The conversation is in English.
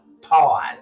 pause